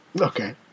Okay